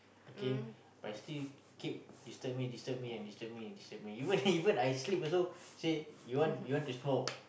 okay but you still keep disturb me and disturb me and disturb me disturb me you want even I sleep also say you want you want to smoke